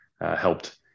helped